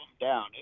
down